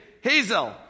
Hazel